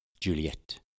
Juliet